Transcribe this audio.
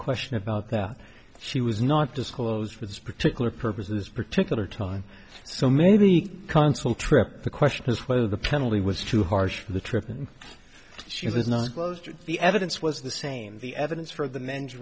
question about that she was not disclosed for this particular purpose this particular time so maybe the consul trip the question is whether the penalty was too harsh for the trip and she was not closed the evidence was the same the evidence for the men